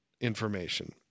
information